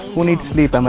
who needs sleep, um